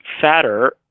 fatter